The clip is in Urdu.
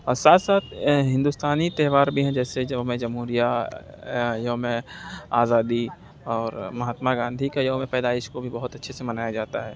اور ساتھ ساتھ ہندوستانی تہوار بھی ہیں جیسے جوم جمہوریہ یوم آزادی اور مہاتما گاندھی کا یوم پیدائش کو بھی بہت اچھے سے منایا جاتا ہے